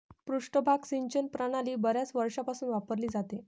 पृष्ठभाग सिंचन प्रणाली बर्याच वर्षांपासून वापरली जाते